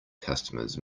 customers